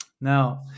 Now